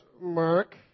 mark